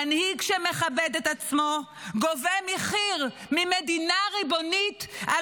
מנהיג שמכבד את עצמו גובה מחיר ממדינה ריבונית על